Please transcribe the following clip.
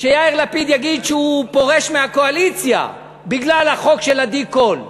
שיאיר לפיד יגיד שהוא פורש מהקואליציה בגלל החוק של עדי קול.